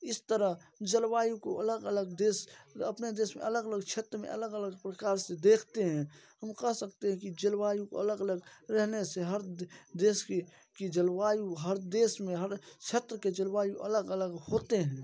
इस तरह जलवायु को अलग अलग देश अपने देश में अलग अलग क्षेत्र में अलग अलग प्रकार से देखते हैं उनका कह सकते हैं कि जलवायु अलग अलग रहने से हर देश की जलवायु हर देश में हर क्षेत्र के जलवायु अलग अलग होते हैं